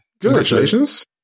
congratulations